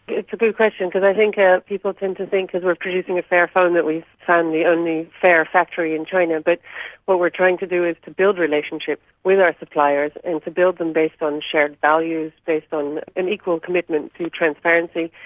it's a good question because i think ah people tend to think because we are producing a fairphone that we have found the only fair factory in china, but what we are trying to do is to build relationships with our suppliers and to build them based on shared values, based on an equal commitment to transparency,